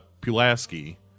Pulaski